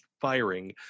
firing